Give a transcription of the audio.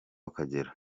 akagera